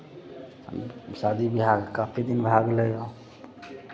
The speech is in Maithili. शादी विवाहके काफी दिन भए गेलैए